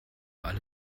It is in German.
alle